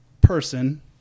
person